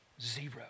Zero